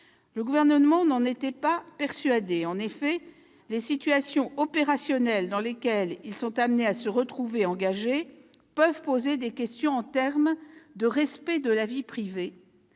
Le Gouvernement n'en était pas persuadé. En effet, les situations opérationnelles dans lesquelles ils sont amenés à se trouver engagés peuvent poser des questions en termes de respect de la vie privée-